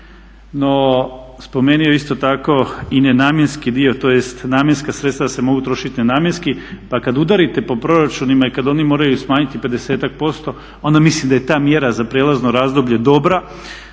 No, spomenuo je isto tako i nenamjenski dio, tj. namjenska sredstva da se mogu trošiti na namjenski pa kada udarite po proračunima i kada oni moraju smanjiti 50-ak% onda mislim da je ta mjera za prijelazno razdoblje dobra